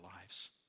lives